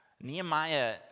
Nehemiah